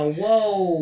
whoa